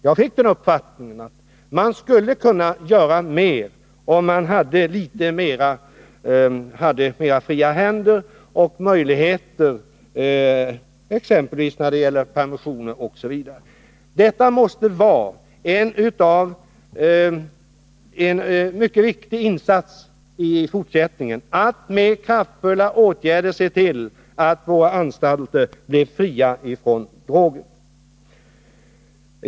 Jag fick då den uppfattningen att man på anstalterna skulle kunna göra mer, om man hade friare händer när det gäller exempelvis permissioner. Det måste i fortsättningen vara mycket viktigt att vi med kraftfulla åtgärder ser till att våra anstalter blir fria från droger.